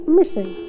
missing